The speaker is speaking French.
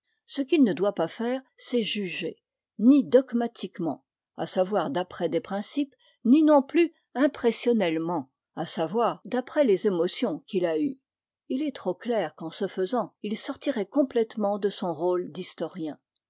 ce qu'il ne doit pas faire c'est juger ni dogmatiquement à savoir d'après des principes ni non plus impressionnellement à savoir d'après les émotions qu'il a eues il est trop clair qu'en ce faisant il sortirait complètement de son rôle d'historien